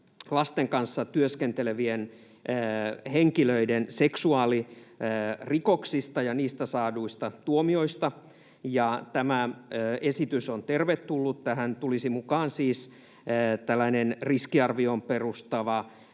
lasten kanssa työskentelevien henkilöiden seksuaalirikoksista ja niistä saaduista tuomioista, ja tämä esitys on tervetullut. Tähän tulisi mukaan siis riskiarvioon perustuva